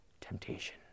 temptation